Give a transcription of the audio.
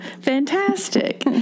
Fantastic